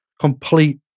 complete